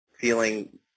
feeling